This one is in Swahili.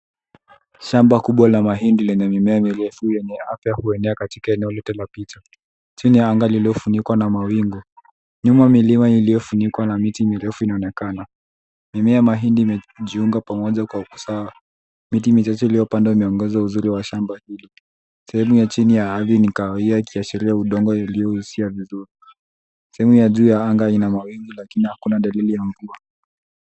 Shamba kubwa la mahindi lenye mimea mirefu, yenye afya huenea katika eneo lote la picha, chini ya anga lililofunikwa na mawingu. Nyuma, milima iliyofunikwa na miti mirefu inaonekana. Mimea ya mahindi imejiunga pamoja kwa usawa. Miti michache iliyopandwa imeongeza uzuri wa shamba hilo. Sehemu ya chini ya ardhi ni kahawia, ikiashiria udongo uliohuishwa vizuri. Sehemu ya juu ya anga ina mawingu, lakini hakuna dalili ya mvua.